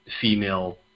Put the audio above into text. female